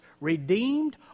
redeemed